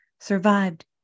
survived